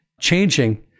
changing